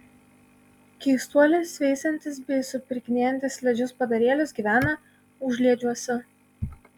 keistuolis veisiantis bei supirkinėjantis slidžius padarėlius gyvena užliedžiuose